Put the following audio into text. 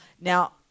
Now